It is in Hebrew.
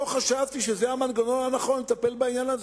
חשבתי שזה המנגנון הנכון לטפל בעניין הזה,